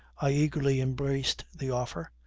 i eagerly embraced the offer,